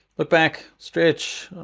look back, stretch,